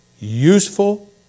useful